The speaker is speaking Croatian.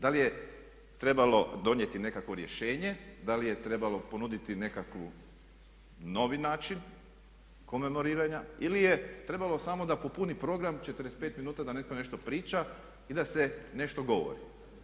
Da li je trebalo donijeti nekakvo rješenje, da li je trebalo ponuditi nekakav novi način komemoriranja ili je trebalo samo da popuni program 45 minuta da netko nešto priča i da se nešto govori.